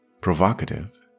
provocative